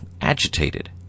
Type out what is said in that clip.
agitated